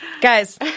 Guys